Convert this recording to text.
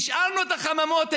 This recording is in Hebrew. השארנו את החממות,